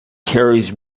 carries